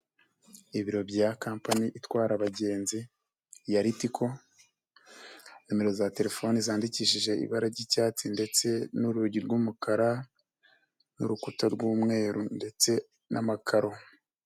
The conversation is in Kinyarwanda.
Ibiro bya compani itwara abagenzi ya Ritico, numero za telefone zandikishije ibara ry'icyatsi ndetse n'urugi rw'umukara n'urukuta rw'umweru ndetse n'amakaro.